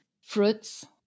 fruits